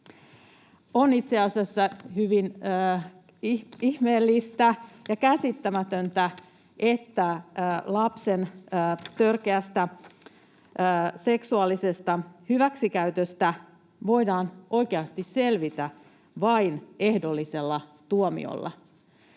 On itse asiassa hyvin ihmeellistä ja käsittämätöntä, että lapsen törkeästä seksuaalisesta hyväksikäytöstä voidaan oikeasti selvitä vain ehdollisella tuomiolla.